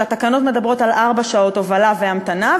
והתקנות מדברות על ארבע שעות הובלה והמתנה,